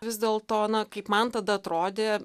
vis dėl to na kaip man tada atrodė